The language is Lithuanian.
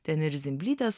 ten ir zimblytės